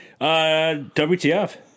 WTF